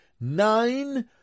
nine